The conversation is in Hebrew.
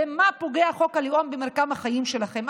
במה פוגע חוק הלאום במרקם החיים שלכם?